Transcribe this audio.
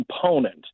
component